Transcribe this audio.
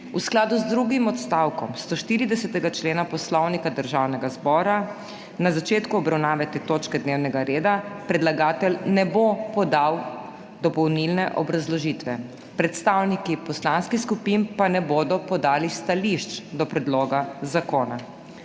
v skladu z drugim odstavkom 140. člena Poslovnika Državnega zbora na začetku obravnave te točke dnevnega reda, predlagatelj ne bo podal dopolnilne obrazložitve, predstavniki poslanskih skupin pa ne bodo podali stališč do predloga zakona.